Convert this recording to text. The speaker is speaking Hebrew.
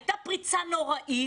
הייתה פריצה נוראית,